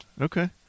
Okay